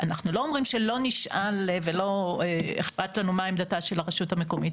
אנחנו לא אומרים שלא נשאל ולא אכפת לנו מה עמדתה של הרשות המקומית,